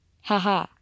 Haha